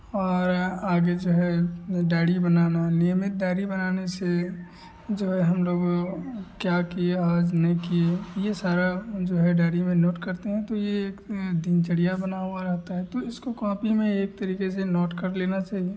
और आगे जो है वह दाढ़ी बनाना नियमित डायरी बनाने से जो है हम लोग क्या किए आज नही किए यह सारा जो है डायरी में नोट करते हैं तो यह एक दिनचर्या बना हुआ रहता है तो इसको कॉपी में एक तरीके से नोट कर लेना चहिए